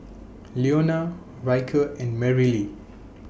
Leona Ryker and Marylee